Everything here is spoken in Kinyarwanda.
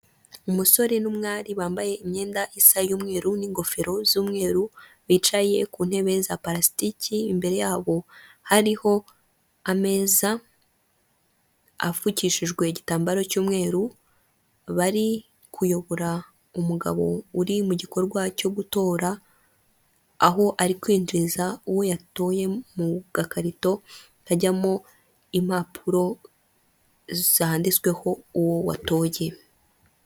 Umusore n'umwari bambaye imyenda isa y'umweru n'ingofero z'umweru bicaye ku ntebe za purasitiki, imbere yabo hariho ameza apfukishijwe igitambaro cy'umweru bari kuyobora umugabo uri mu gikorwa cyo gutora aho ari kwinjiriza uwo yatoye mu gakarito kajyamo impapuro zanditsweho uwo watoye.